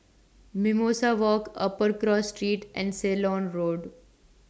Mimosa Walk Upper Cross Street and Ceylon Road